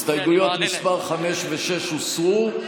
הסתייגויות מס' 5 ו-6 הוסרו,